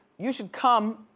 you should come.